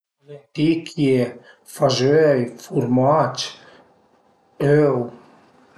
Lenticchie, fazöi, furmac, öu